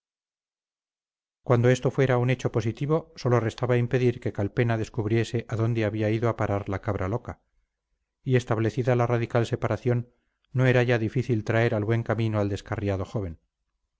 cuando esto fuera un hecho positivo sólo restaba impedir que calpena descubriese a dónde había ido a parar la cabra loca y establecida la radical separación no era ya difícil traer al buen camino al descarriado joven